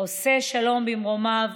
עושה שלום במרומיו,